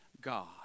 God